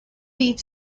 beef